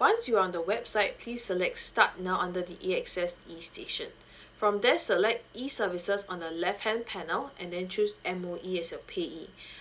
once you're on the website please select start now under the AXS e station from there select e services on the left hand panel and then choose M_O_E as a payee